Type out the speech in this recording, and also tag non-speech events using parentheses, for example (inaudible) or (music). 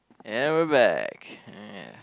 and we're back (noise)